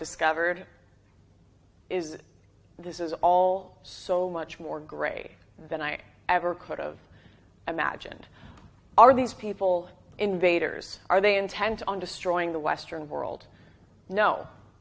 discovered is that this is all so much more gray than i ever could of imagined are these people invaders are they intent on destroying the western world